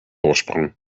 voorsprong